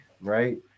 right